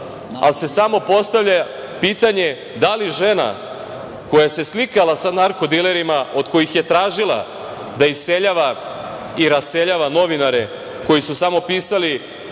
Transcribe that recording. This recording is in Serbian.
Ali samo se postavlja pitanje – da li žena koja se slikala sa narko-dilerima, od kojih je tražila da iseljava i raseljava novinare koji su samo pisali